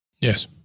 yes